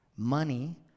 Money